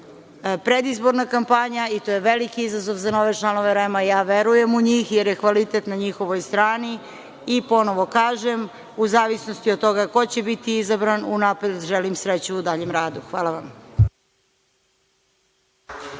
predizborna kampanja i to je veliki izazov za nove članove REM. Ja verujem u njih, jer je kvalitet na njihovoj strani i ponovo kažem, u zavisnosti od toga ko će biti izabran unapred želim sreću u daljem radu. Hvala.